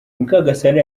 mukagasana